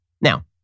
Now